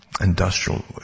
industrial